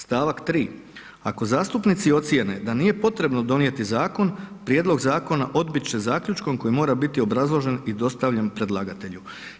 Stavak 3: „Ako zastupnici procjene da nije potrebno donijeti zakon prijedlog zakona odbiti će zaključkom koji mora biti obrazložen i dostavljen predlagatelju.